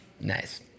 Nice